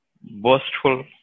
boastful